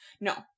No